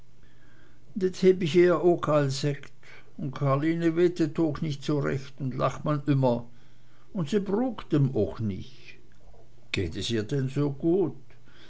un karline weet et ook nich so recht un lacht man ümmer un se brukt em ook nich geht es ihr denn so gut